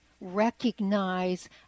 recognize